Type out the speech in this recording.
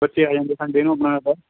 ਬੱਚੇ ਆ ਜਾਂਦੇ ਸੰਡੇ ਨੂੰ ਆਪਣੇ ਘਰ